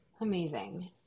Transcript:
Amazing